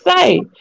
say